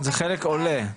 זה חלק עולה,